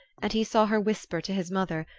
and he saw her whisper to his mother,